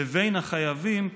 לבין החייבים,